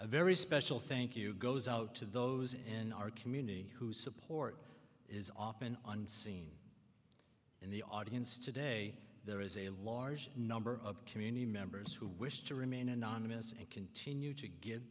a very special thank you goes out to those in our community who support is often unseen in the audience today there is a large number of community members who wish to remain anonymous and continue to get